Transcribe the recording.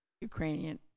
Ukrainian